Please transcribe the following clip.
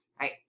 right